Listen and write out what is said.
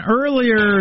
earlier